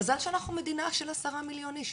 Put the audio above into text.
מזל שאנחנו מדינה של עשרה מיליון איש.